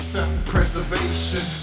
Self-preservation